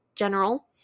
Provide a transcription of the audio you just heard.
general